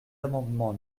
amendements